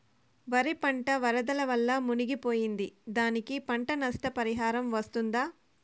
వరి పంట వరదల వల్ల మునిగి పోయింది, దానికి పంట నష్ట పరిహారం వస్తుందా?